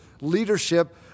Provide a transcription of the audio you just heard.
leadership